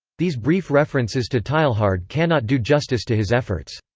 these brief references to teilhard cannot do justice to his efforts.